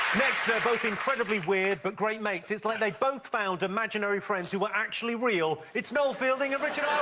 next they're both incredibly weird, but great mates. it's like they like both found imaginary friends who were actually real. it's noel fielding and richard